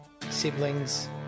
siblings